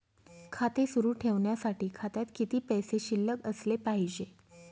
खाते सुरु ठेवण्यासाठी खात्यात किती पैसे शिल्लक असले पाहिजे?